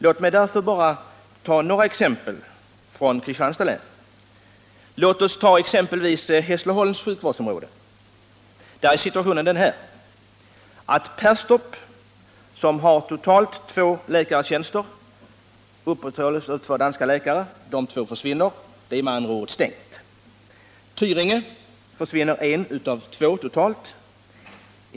Låt mig därför bara nämna några exempel från Kristianstads län, där situationen för exempelvis Hässleholms sjukvårdsområde är följande: I Perstorp har man totalt två läkartjänster som upprätthålls av två danska läkare. Dessa två läkare försvinner — där är det med andra ord stängt. I | Tyringe försvinner en läkartjänst av totalt två.